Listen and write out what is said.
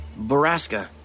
Baraska